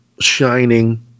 Shining